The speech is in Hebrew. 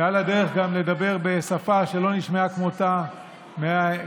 ועל הדרך גם לדבר בשפה שלא נשמעה כמותה מאז,